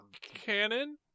cannon